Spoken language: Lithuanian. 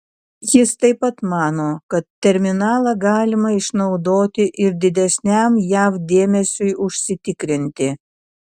jis taip pat mano kad terminalą galima išnaudoti ir didesniam jav dėmesiui užsitikrinti